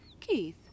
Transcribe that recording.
Keith